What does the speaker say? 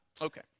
Okay